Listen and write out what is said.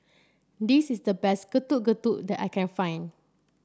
this is the best Getuk Getuk that I can find